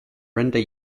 render